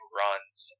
runs